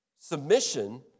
Submission